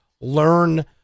learn